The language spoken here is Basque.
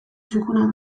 txukuna